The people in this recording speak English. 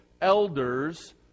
elders